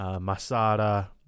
Masada